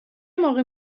موقع